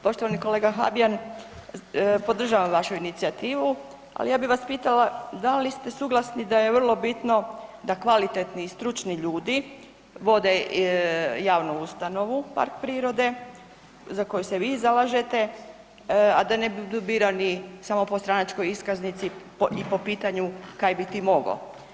Poštovani kolega Habijan podržavam vašu inicijativu, ali ja bih vas pitala da li ste suglasni da kvalitetni i stručni ljudi vode javnu ustanovu park prirode za koju se vi zalažete, a da ne budu birani samo po stranačkoj iskaznici i po pitanju kaj bi ti mogo.